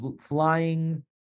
flying